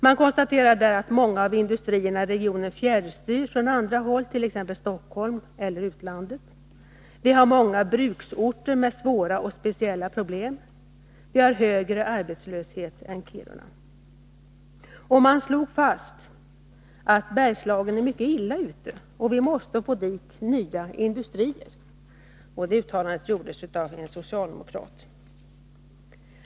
Man konstaterade bl.a. att många av industrierna i regionen fjärrstyrs från andra håll, t.ex. Stockholm eller utlandet, att vi har många bruksorter med svåra och speciella problem och att vi har högre arbetslöshet än i Kiruna. Man slog vidare fast att Bergslagen är mycket illa ute och att vi måste få dit nya industrier — det uttalandet gjordes av en socialdemokrat.